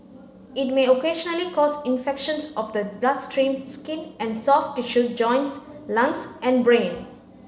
it may occasionally cause infections of the bloodstream skin and soft tissue joints lungs and brain